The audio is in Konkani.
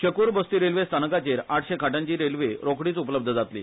शकूर बस्ती रेल्वे स्थानकाचेर आठशे खाटांची रेल्वे रोखडीच उपलब्ध जातली